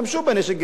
הרי האירנים,